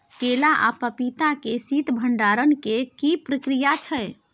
केला आ पपीता के शीत भंडारण के की प्रक्रिया छै?